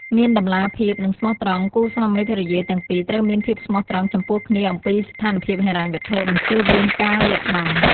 មានតម្លាភាព និងស្មោះត្រង់ គូស្វាមីភរិយាទាំងពីរត្រូវមានភាពស្មោះត្រង់ចំពោះគ្នាអំពីស្ថានភាពហិរញ្ញវត្ថុ និងជៀសវាងការលាក់បាំង។